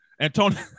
Antonio